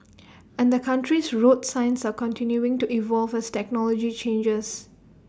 and the country's road signs are continuing to evolve as technology changes